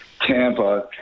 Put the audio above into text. Tampa